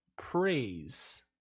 praise